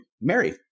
Mary